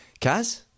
Kaz